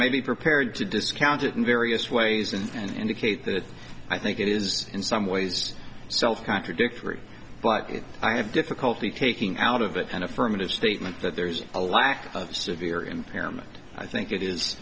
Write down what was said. may be prepared to discount it in various ways and indicate that i think it is in some ways self contradictory but i have difficulty taking out of it an affirmative statement that there's a lack of a severe impairment i think it is